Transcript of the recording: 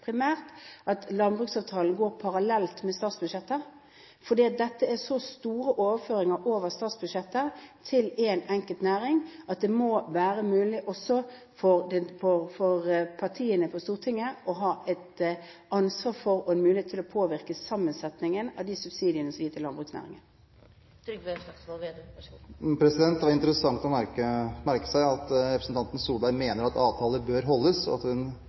primært at landbruksavtalen behandles parallelt med statsbudsjettet, for det er så store overføringer over statsbudsjettet til én enkelt næring at det må være mulig også for partiene på Stortinget å ha et ansvar for og en mulighet til å påvirke sammensetningen av de subsidiene som er gitt til landbruksnæringen. Det var interessant å merke seg at representanten Solberg mener at avtaler bør holdes, og at